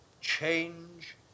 change